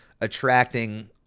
attracting